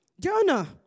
Jonah